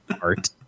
art